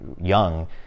young